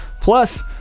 plus